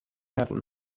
happen